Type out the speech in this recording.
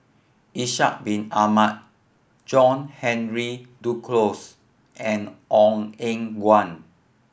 Ishak Bin Ahmad John Henry Duclos and Ong Eng Guan